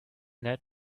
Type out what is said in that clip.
that